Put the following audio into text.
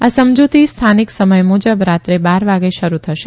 આ સમજુતી સ્થાનિક સમય મુજબ રાત્રે બાર વાગે શરૂ થશે